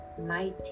Mighty